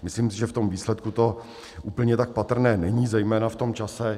Myslím si, že v tom výsledku to úplně tak patrné není zejména v tom čase.